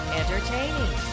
entertaining